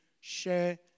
Share